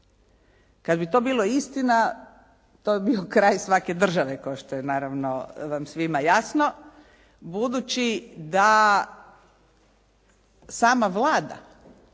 Kada bi to bilo istina, to bi bio kraj svake države kao što je naravno vam svima jasno, budući da sama Vlada